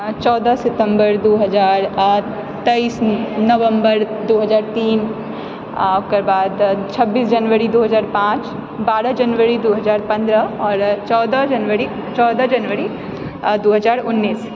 चौदह सितम्बर दू हजार आठ तेइस नवम्बर दू हजार तीन आओर ओकर बाद छब्बीस जनवरी दू हजार पाँच बारह जनवरी दू हजार पन्द्रह आओर चौदह जनवरी दू हजार उनैस